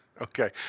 Okay